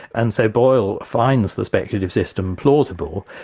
and so boyle finds the speculative system plausible,